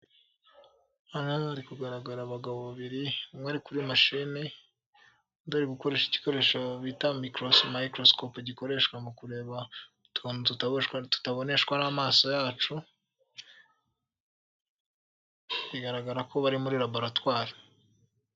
Hano hari kugaragara abagabo babiri, umwe ari kuri mashine, undi ari gukoresha igikoresho bita Microscope gikoreshwa mu kureba utuntu tutaboneshwa n'amaso yacu; bigaragara ko bari muri laboratwari.